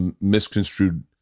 misconstrued